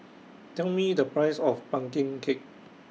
Tell Me The Price of Pumpkin Cake